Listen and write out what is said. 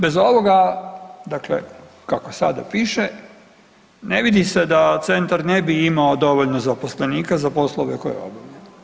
Bez ovoga, dakle kako sada piše, ne vidi se da centar ne bi imao dovoljno zaposlenika za poslove koje obavlja.